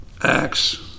Acts